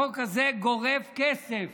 החוק הזה גורף כסף